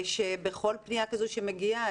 בכל פנייה כזו שמגיעה,